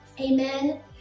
Amen